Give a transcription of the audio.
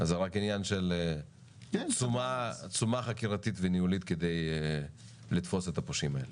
אז זה רק עניין של תשומה חקירתית וניהולית כדי לתפוס את הפושעים האלה.